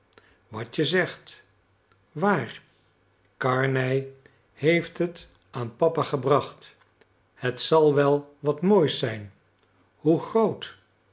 wat je zegt waar karnej heeft het aan papa gebracht het zal wel wat moois zijn hoe groot